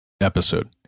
episode